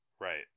right